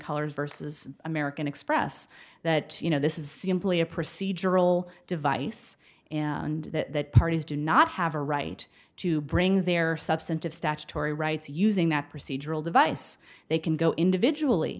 colors versus american express that you know this is simply a procedural device and that parties do not have a right to bring their substantive statutory rights using that procedural device they can go individually